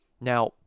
Now